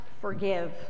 forgive